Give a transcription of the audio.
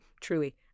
Truly